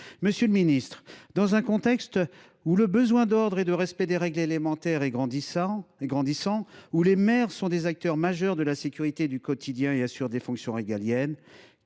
Monsieur le secrétaire d’État, dans un contexte où le besoin d’ordre et de respect des règles élémentaires est grandissant, où les maires sont des acteurs majeurs de la sécurité du quotidien et assurent des fonctions régaliennes,